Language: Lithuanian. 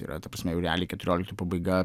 tai yra ta prasme jau realiai keturioliktų pabaiga